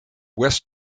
west